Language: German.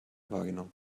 wahrgenommen